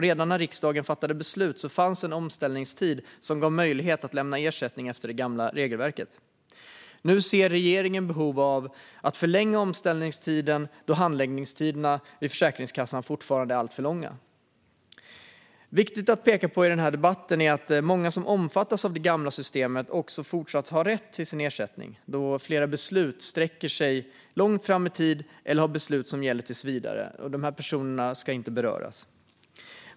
Redan när riksdagen fattade beslut fanns en omställningstid som gav möjlighet att lämna ersättning efter det gamla regelverket. Nu ser regeringen ett behov av att förlänga omställningstiden, då handläggningstiderna vid Försäkringskassan fortfarande är alltför långa. Viktigt att peka på i den här debatten är att många som omfattas av det gamla systemet också fortsatt har rätt till sin ersättning, då flera beslut sträcker sig långt fram i tid eller gäller tills vidare. De här personerna ska inte beröras av detta.